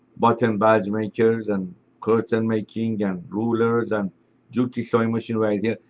button badge makers and curtain-making, and rulers and juki sewing machines right here,